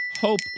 Hope